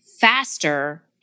faster